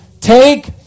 take